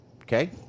Okay